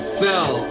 cell